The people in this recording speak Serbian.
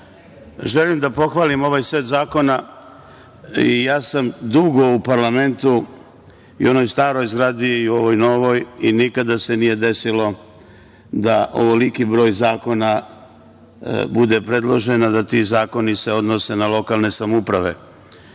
da pohvalim ovaj set zakona. Ja sam dugo u parlamentu i u onoj staroj zgradi i u ovoj novoj i nikada se nije desilo da ovoliki broj zakona bude predložen, a da se ti zakoni odnose na lokalne samouprave. Želim